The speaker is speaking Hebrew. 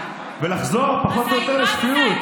ולחזור פחות או יותר לשפיות.